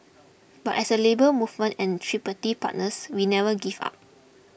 but as a Labour Movement and tripartite partners we never give up